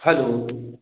hello